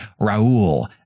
Raul